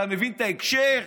אתה מבין את ההקשר?